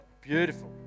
Beautiful